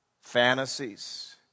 fantasies